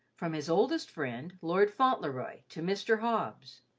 from his oldest friend, lord fauntleroy, to mr. hobbs.